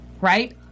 Right